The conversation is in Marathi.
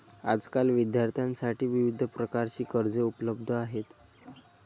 आजकाल विद्यार्थ्यांसाठी विविध प्रकारची कर्जे उपलब्ध आहेत